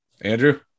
Andrew